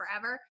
forever